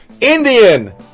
Indian